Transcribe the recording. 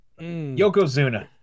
Yokozuna